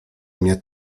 mnie